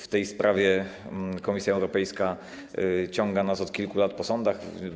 W tej sprawie Komisja Europejska ciąga nas od kilku lat po sądach.